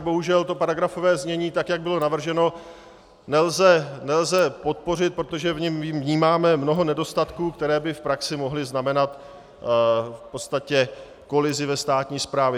Bohužel to paragrafové znění, tak jak bylo navrženo, nelze podpořit, protože v něm vnímáme mnoho nedostatků, které by v praxi mohly znamenat kolizi ve státní správě.